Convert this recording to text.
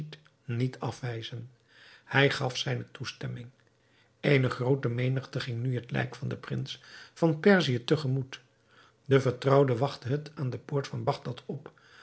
niet afwijzen hij gaf zijne toestemming eene groote menigte ging nu het lijk van den prins van perzië te gemoet de vertrouwde wachtte het aan de poort van bagdad op